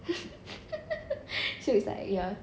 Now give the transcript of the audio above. so it's like ya